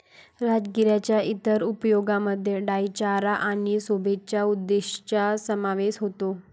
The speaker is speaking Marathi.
राजगिराच्या इतर उपयोगांमध्ये डाई चारा आणि शोभेच्या उद्देशांचा समावेश होतो